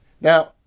Now